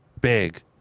big